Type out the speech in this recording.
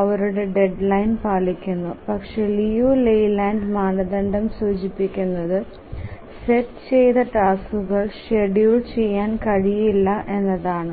അവരുടെ ഡെഡ്ലൈൻ പാലിക്കുന്നു പക്ഷേ ലിയു ലെയ്ലാൻഡ് മാനദണ്ഡം സൂചിപ്പിക്കുന്നത് സെറ്റ് ചെയ്ത ടാസ്കുകൾ ഷെഡ്യൂൾ ചെയ്യാൻ കഴിയില്ല എന്നാണ്